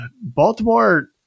Baltimore